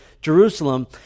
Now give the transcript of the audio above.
Jerusalem